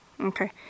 Okay